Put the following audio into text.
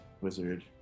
wizard